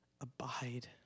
abide